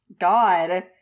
God